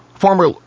Former